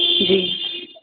जी